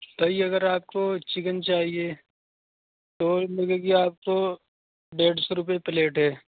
تو یہ اگر آپ کو چکن چاہیے اور ملے گی آپ کو ڈیڑھ سو روپئے پلیٹ ہے